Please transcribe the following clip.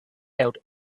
out